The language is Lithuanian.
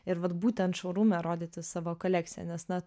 ir vat būtent šourūme rodyti savo kolekciją nes na